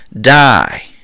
die